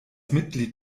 mitglied